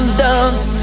dance